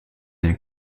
den